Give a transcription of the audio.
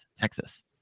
Texas